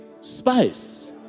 space